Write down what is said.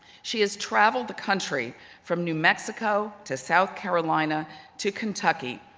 she has traveled the country from new mexico to south carolina to kentucky,